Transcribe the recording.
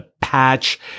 patch